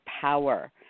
power